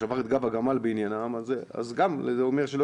ששבר את גל הגמל בעניינם אז גם זה אומר שאם הם